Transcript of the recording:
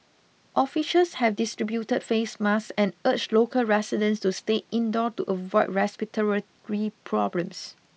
officials have distributed face masks and urged local residents to stay indoor to avoid respiratory problems